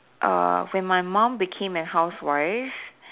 err when my mum became a housewife